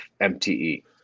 mte